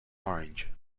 orange